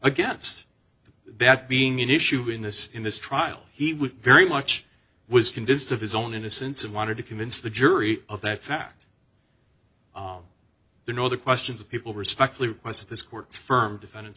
against that being an issue in this in this trial he was very much was convinced of his own innocence and wanted to convince the jury of that fact you know the questions of people respectfully request this court firm defend